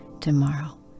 tomorrow